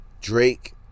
Drake